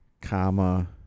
comma